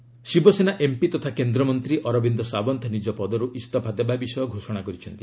Sawant NDA Shiv Sena MP ତଥା କେନ୍ଦ୍ରମନ୍ତ୍ରୀ ଅରବିନ୍ଦ ସାବନ୍ତ ନିଜ ପଦର୍ ଇସ୍ତଫା ଦେବା ବିଷୟ ଘୋଷଣା କରିଛନ୍ତି